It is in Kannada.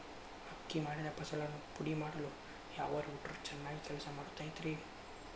ಅಕ್ಕಿ ಮಾಡಿದ ಫಸಲನ್ನು ಪುಡಿಮಾಡಲು ಯಾವ ರೂಟರ್ ಚೆನ್ನಾಗಿ ಕೆಲಸ ಮಾಡತೈತ್ರಿ?